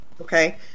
okay